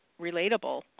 relatable